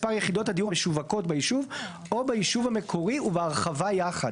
מספר יחידות הדיור המשווקות ביישוב או ביישוב המקורי ובהרחבה יחד.